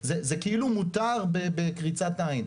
זה כאילו מותר בקריצת עין.